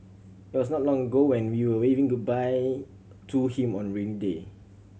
it was not long ago when we were waving goodbye to him on rainy day